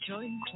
Join